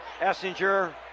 Essinger